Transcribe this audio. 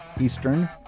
Eastern